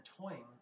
toying